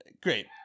Great